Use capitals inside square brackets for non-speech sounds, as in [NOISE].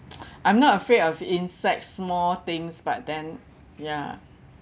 [NOISE] I'm not afraid of insects small things but then ya